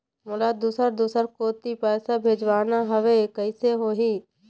मोला दुसर दूसर कोती पैसा भेजवाना हवे, कइसे होही?